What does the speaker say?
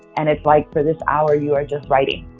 and it's like, for this hour, you are just writing.